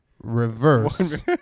reverse